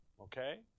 Okay